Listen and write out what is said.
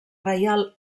reial